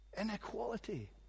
inequality